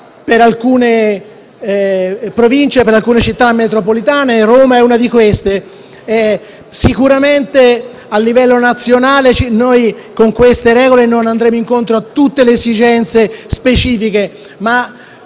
per alcune Province e per alcune Città metropolitane e Roma è una di queste. Sicuramente a livello nazionale con queste regole non andremo incontro a tutte le esigenze specifiche, ma